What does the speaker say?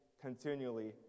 continually